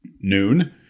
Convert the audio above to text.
noon